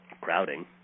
crowding